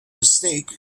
mistake